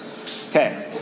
Okay